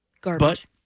Garbage